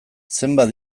zenbat